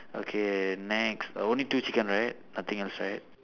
okay next only two chicken right nothing else right